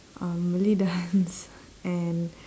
um malay dance and